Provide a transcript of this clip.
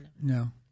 No